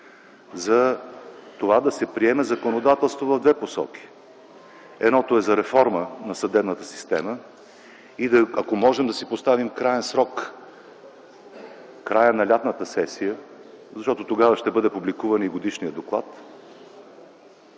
за това да се приеме законодателство в две посоки: едното е за реформа на съдебната система и ако можем да си поставим краен срок края на лятната сесия, защото тогава ще бъде публикуван и Годишният доклад.